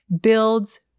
builds